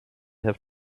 have